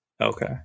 Okay